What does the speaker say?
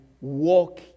Walk